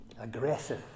aggressive